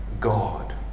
God